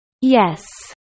Yes